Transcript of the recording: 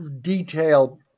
detail